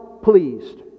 pleased